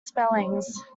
spellings